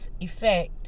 effect